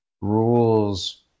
rules